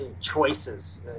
choices